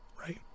right